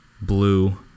blue